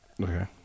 okay